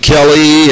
Kelly